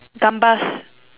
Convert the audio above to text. Gambas